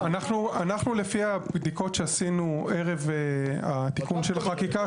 אנחנו לפי הבדיקות שעשינו ערב התיקון של החקיקה,